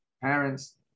parents